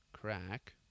crack